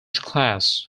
class